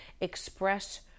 express